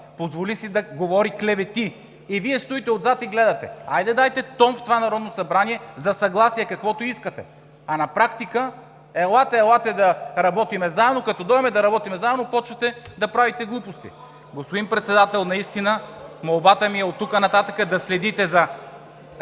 позволи си да говори клевети и Вие стоите отзад и гледате. Хайде, дайте тон в това Народно събрание за съгласие, каквото искате! А на практика – елате, елате да работим заедно – а като дойдем да работим заедно, почвате да правите глупости! (Шум и реплики от ГЕРБ.) Господин Председател, наистина молбата ми е оттук нататък да следите за